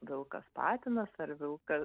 vilkas patinas ar vilka